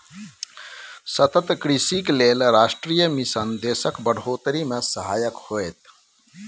सतत कृषिक लेल राष्ट्रीय मिशन देशक बढ़ोतरी मे सहायक होएत